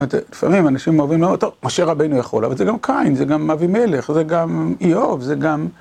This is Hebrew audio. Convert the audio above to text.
זאת אומרת, לפעמים אנשים אוהבים לומר - טוב, משה רבינו יכול, אבל זה גם קין, זה גם אבימלך, זה גם איוב, זה גם...